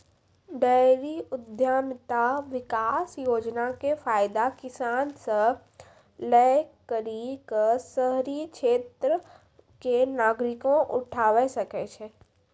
dairy उद्यमिता विकास योजना के फायदा किसान से लै करि क शहरी क्षेत्र के नागरिकें उठावै सकै छै